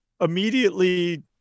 immediately